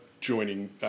joining